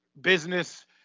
business